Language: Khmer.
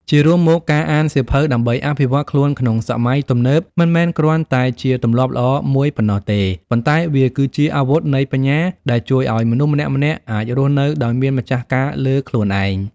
ជារួមមក ការអានសៀវភៅដើម្បីអភិវឌ្ឍខ្លួនក្នុងសម័យទំនើប មិនមែនគ្រាន់តែជាទម្លាប់ល្អមួយប៉ុណ្ណោះទេ ប៉ុន្តែវាគឺជាអាវុធនៃបញ្ញាដែលជួយឱ្យបុគ្គលម្នាក់ៗអាចរស់នៅដោយមានម្ចាស់ការលើខ្លួនឯង។